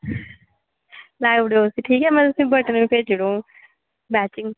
लाई उड़ेयो ठीक ऐ मैं तुसेंगी बटन भेजी उड़ंग मैचिंग